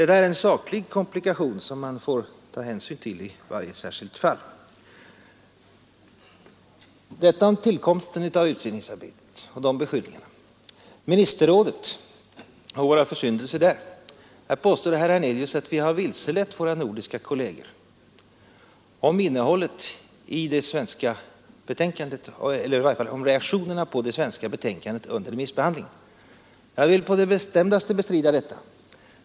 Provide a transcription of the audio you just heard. Detta är en saklig komplikation som man får ta hänsyn till i varje särskilt fall. Detta om beskyllningarna rörande tillkomsten av utredningsarbetet. Vad sedan angår ministerrådet och våra försyndelser där påstod herr Hernelius att vi har vilselett våra nordiska kolleger om innehållet i det svenska betänkandet, eller i varje fall om reaktionerna på det svenska betänkandet under remissbehandlingen. Jag vill på det bestämdaste bestrida detta.